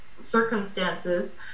circumstances